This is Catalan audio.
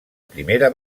primera